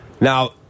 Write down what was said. Now